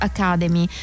Academy